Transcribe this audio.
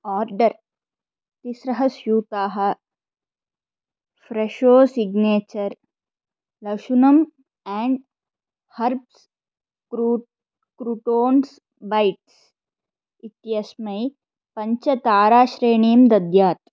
order त्रिस्रः स्यूताः Fresho signature लशुनम् एन्ड् हर्ब्स् क्रू क्रूटोन्स् बैट्स् इत्यस्मै पञ्चताराश्रेणीं दद्यात्